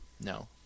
No